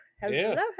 Hello